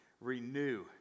Renew